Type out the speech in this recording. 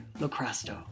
locrasto